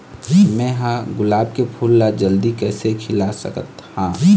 मैं ह गुलाब के फूल ला जल्दी कइसे खिला सकथ हा?